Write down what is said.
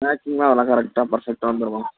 பேக்கிங்லாம் அதெல்லாம் கரெக்டாக பர்ஃபக்ட்டா வந்துடும்மா